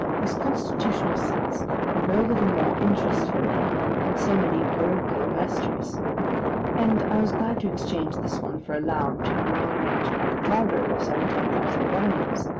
these constitutional sights had very little more interest for me than so many parochial vestries and to exchange this one for a lounge in a well-arranged public library of some ten thousand volumes,